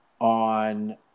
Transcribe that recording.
on